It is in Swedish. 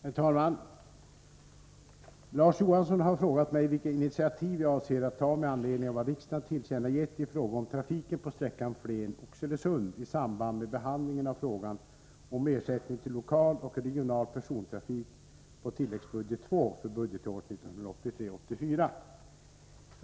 Herr talman! Larz Johansson har frågat mig vilka initiativ jag avser att ta med anledning av vad riksdagen tillkännagett beträffande trafiken på sträckan Flen-Oxelösund i samband med behandlingen av frågan om ersättning till lokal och regional persontrafik på tilläggsbudget II för budgetåret 1983/84.